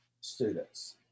students